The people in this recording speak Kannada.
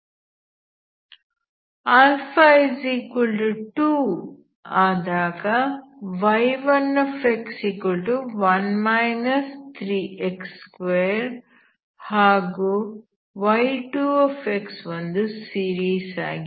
α2 ಆದಾಗ y1x1 3x2 ಹಾಗೂ y2x ಒಂದು ಸೀರೀಸ್ ಆಗಿದೆ